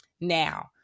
Now